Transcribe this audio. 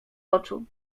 oczu